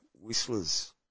Whistlers